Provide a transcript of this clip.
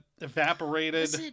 evaporated